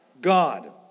God